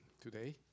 today